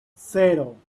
cero